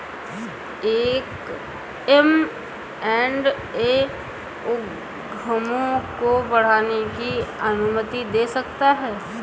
M and A उद्यमों को बढ़ाने की अनुमति दे सकता है